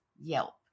Yelp